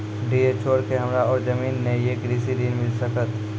डीह छोर के हमरा और जमीन ने ये कृषि ऋण मिल सकत?